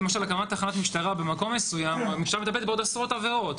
כי למשל הקמת תחנת משטרה במקום מסוים - המשטרה מטפלת בעוד עשרות עבירות.